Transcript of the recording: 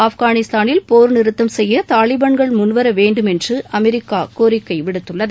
ஆப்கானிஸ்தானில் போர் நிறுத்தம் செய்ய தாலிபன்கள் முன்வர வேண்டும் என்று அமெரிக்கா கோரிக்கை விடுத்துள்ளது